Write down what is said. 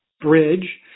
bridge